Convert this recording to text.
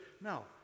No